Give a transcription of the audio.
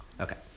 Okay